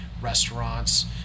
restaurants